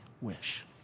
wish